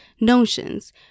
notions